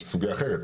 זה סוגיה אחרת,